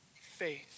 faith